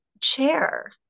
chair